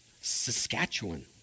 Saskatchewan